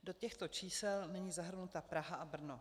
Do těchto čísel není zahrnuta Praha a Brno.